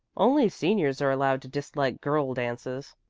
only seniors are allowed to dislike girl dances.